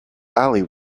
ali